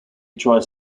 tries